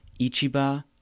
Ichiba